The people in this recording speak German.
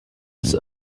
des